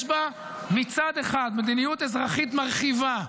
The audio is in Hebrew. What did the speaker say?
יש בה מצד אחד מדיניות אזרחית מרחיבה,